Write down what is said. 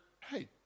hey